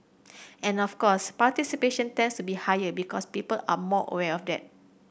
and of course participation tends to be higher because people are more aware of that